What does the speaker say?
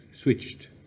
switched